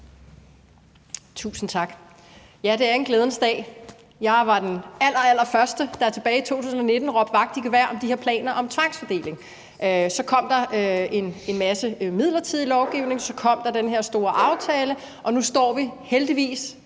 Tusind tak. Ja, det er en glædens dag. Jeg var den allerallerførste, der tilbage i 2019 råbte vagt i gevær i forhold til de her planer om tvangsfordeling. Så kom der en masse midlertidig lovgivning, så kom der den her store aftale, og nu står vi heldigvis